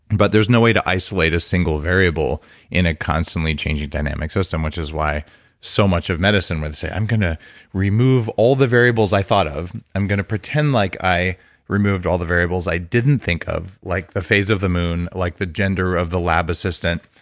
but there's no way to isolate a single variable in a constantly changing dynamic system, which is why so much of medicine would say, i'm going to remove all the variables i thought of. i'm going to pretend like i removed all the variables i didn't think of, like the phase of the moon, like the gender of the lab assistant,